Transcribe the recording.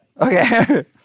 Okay